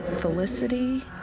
Felicity